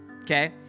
okay